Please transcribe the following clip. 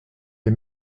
les